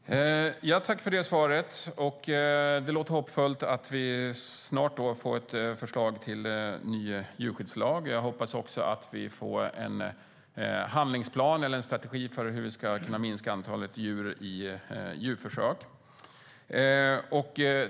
Fru talman! Tack för det svaret! Det låter hoppfullt att vi snart får ett förslag till ny djurskyddslag. Jag hoppas också att vi får en handlingsplan eller strategi för hur vi ska kunna minska antalet djur i djurförsök.